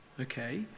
okay